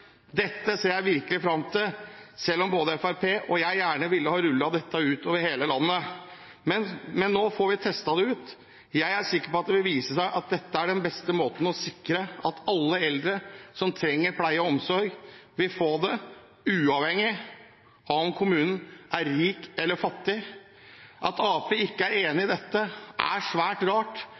Dette ser jeg virkelig fram til, selv om både Fremskrittspartiet og jeg gjerne ville ha rullet dette ut i hele landet. Men nå får vi testet det ut. Jeg er sikker på at det vil vise seg at dette er den beste måten å sikre at alle eldre som trenger pleie og omsorg, vil få det, uavhengig av om kommunen er rik eller fattig. At Arbeiderpartiet ikke er enig i dette, er svært rart,